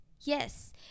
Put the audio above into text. Yes